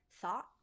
thought